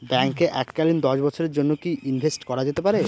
ব্যাঙ্কে এককালীন দশ বছরের জন্য কি ইনভেস্ট করা যেতে পারে?